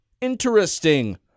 Interesting